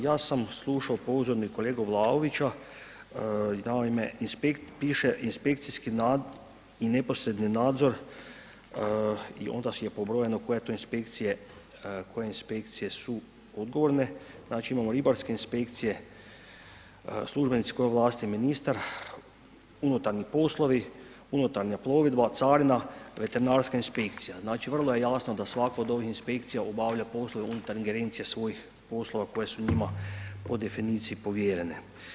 Ja sam slušao pozorno i kolegu Vlaovića, piše inspekcijski nadzor i neposredni nadzor i onda je pobrojano koje to inspekcije su odgovorne, znači imamo ribarske inspekcije, službenici koje je ovlastio ministar, unutarnji poslovi, unutarnja plovidba, carina, veterinarska inspekcija, znači vrlo je jasno da svaka od ovih inspekcija obavlja poslove unutar ingerencije svojih poslova koje su njima po definiciji povjerene.